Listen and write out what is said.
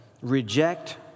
reject